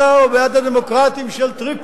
בעד הדמוקרטים של ביזרטה או בעד הדמוקרטים של טריפולי.